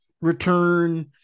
return